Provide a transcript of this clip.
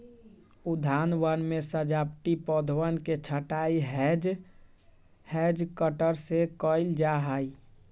उद्यानवन में सजावटी पौधवन के छँटाई हैज कटर से कइल जाहई